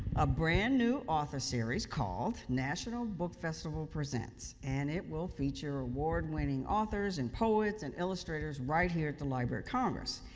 a brand-new author series called national book festival presents, and it will feature award-winning authors and poets and illustrators right here at the library of congress.